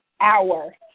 hour